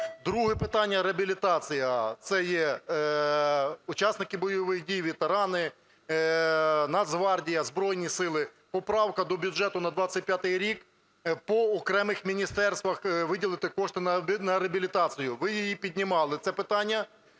Друге питання – реабілітація. Це є учасники бойових дій, ветерани, Нацгвардія, Збройні Сили. Поправка до бюджету на 2025 рік по окремих міністерствах виділити кошти на реабілітацію. Ви її піднімали, це питання.